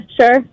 Sure